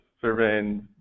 surveying